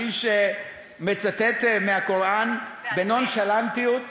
האיש מצטט מהקוראן בנונשלנטיות,